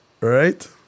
Right